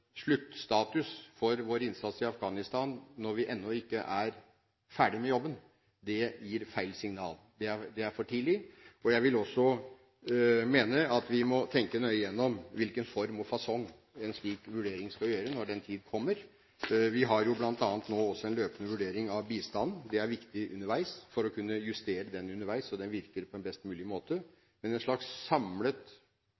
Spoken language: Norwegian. sluttstatus for vår innsats i Afghanistan når vi ennå ikke er ferdig med jobben. Det er for tidlig, og jeg mener også at vi må tenke nøye igjennom hvilken form og fasong en slik vurdering skal ha, når den tid kommer. Vi har jo nå bl.a. en løpende vurdering av bistanden, og det er viktig for å kunne justere den underveis, så den virker på en best mulig